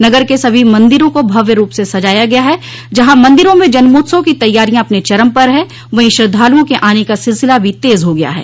नगर के सभी मंदिरों को भव्य रूप से सजाया गया है जहां मंदिरों में जन्मोत्सव की तैयारियां अपने चरम पर है वहीं श्रद्धालुओं के आने का सिलसिला भी तेज हो गया है